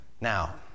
Now